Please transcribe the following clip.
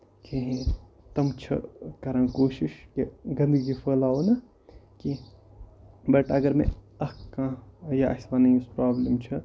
کِہینۍ تِم چھِ کران کوٗشِش کہِ گندگی پھلاوو نہٕ کیٚنٛہہ بٹ اَگر مےٚ اکھ کانٛہہ یا اَسہِ وَنو یُس برابلِم چھِ